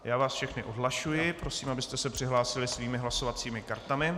Já vás všechny odhlašuji, prosím, abyste se přihlásili svými hlasovacími kartami.